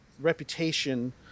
reputation